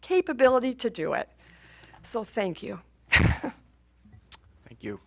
capability to do it so thank you